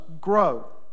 grow